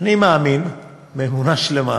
מאמין באמונה שלמה,